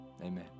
Amen